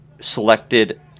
selected